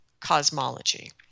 Cosmology